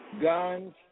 Guns